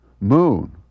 Moon